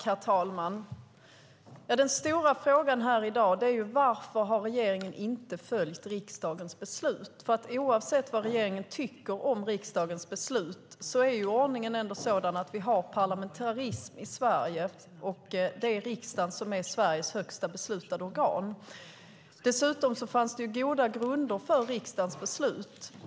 Herr talman! Den stora frågan här i dag är: Varför har regeringen inte följt riksdagens beslut? Oavsett vad regeringen tycker om riksdagens beslut är ordningen sådan att vi har parlamentarism i Sverige, och det är riksdagen som är Sveriges högsta beslutande organ. Dessutom fanns det goda grunder för riksdagens beslut.